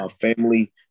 family